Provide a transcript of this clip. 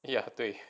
ya 对